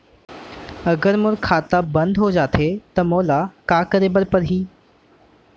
अगर मोर खाता बन्द हो जाथे त मोला का करे बार पड़हि?